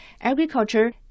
agriculture